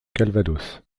calvados